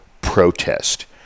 protest